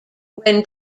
when